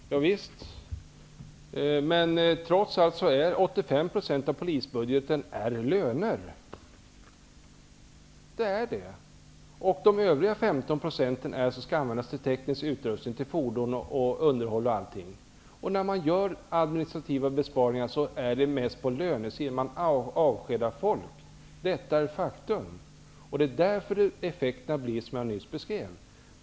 Herr talman! Javisst, men trots allt går 85 % av medlen under polisens budget till löner. 15 % skall användas till teknisk utrustning, fordon och underhåll. När man gör administrativa besparingar sker det mest på lönesidan. Man avskedar folk. Detta är faktum. Det är därför effekterna blir som jag nyss beskrev.